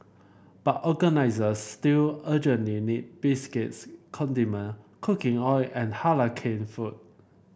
but organisers still urgently need biscuits condiment cooking oil and Halal canned food